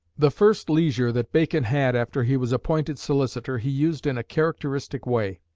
the first leisure that bacon had after he was appointed solicitor he used in a characteristic way.